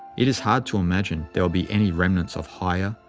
it is hard to imagine there will be any remnants of higher,